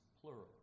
plural